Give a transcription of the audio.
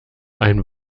ein